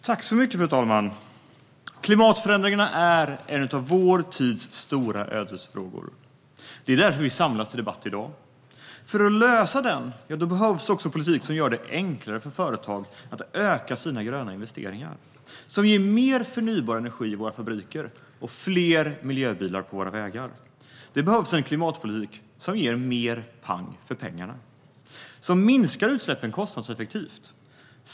Fru talman! Klimatförändringarna är en av vår tids stora ödesfrågor. Det är därför vi samlas till debatt i dag. För att lösa detta behövs politik som gör det enklare för företag att öka sina gröna investeringar - politik som ger mer förnybar energi till våra fabriker och fler miljöbilar på våra vägar. Det behövs en klimatpolitik som ger mer pang för pengarna och som minskar utsläppen kostnadseffektivt.